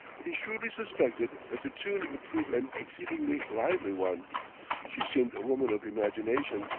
he shrewdly suspected that the tune would prove an exceedingly lively one she seemed a woman of imagination,